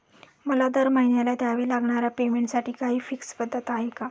मला दरमहिन्याला द्यावे लागणाऱ्या पेमेंटसाठी काही फिक्स पद्धत आहे का?